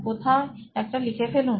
কোথায় একটা লিখে ফেলুন